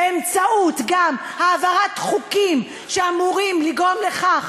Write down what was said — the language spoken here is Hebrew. גם באמצעות העברת חוקים שאמורים לגרום לכך